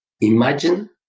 Imagine